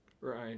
right